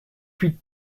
huit